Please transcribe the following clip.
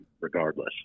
regardless